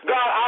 God